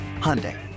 Hyundai